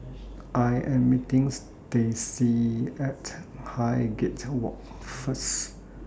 I Am meeting Stacey At Highgate Walk First